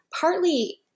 partly